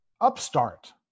upstart